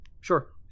sure